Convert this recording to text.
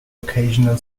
occasional